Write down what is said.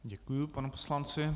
Děkuji panu poslanci.